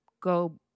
go